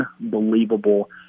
unbelievable